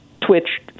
Twitch